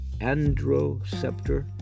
androceptor